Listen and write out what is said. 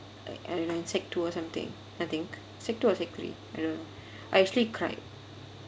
like I during sec~ two or something I think sec~ two or sec~ three I don't know I actually cried